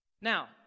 Now